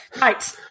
Right